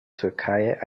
türkei